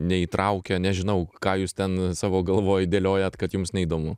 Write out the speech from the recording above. neįtraukia nežinau ką jūs ten savo galvoj dėliojat kad jums neįdomu